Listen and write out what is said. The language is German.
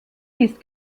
ist